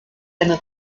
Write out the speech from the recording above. eine